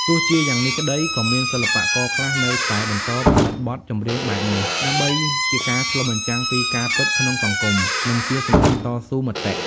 ទោះជាយ៉ាងនេះក្តី ក៏មានសិល្បករខ្លះនៅតែបន្តផលិតបទចម្រៀងបែបនេះ ដើម្បីជាការឆ្លុះបញ្ចាំងពីការពិតក្នុងសង្គម និងជាសំឡេងតស៊ូមតិ។